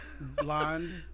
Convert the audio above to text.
blonde